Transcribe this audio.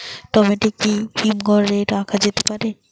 Tomato কি হিমঘর এ রাখা যেতে পারে?